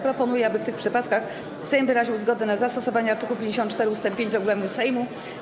Proponuję, aby w tych przypadkach Sejm wyraził zgodę na zastosowanie art. 54 ust. 5 regulaminu Sejmu.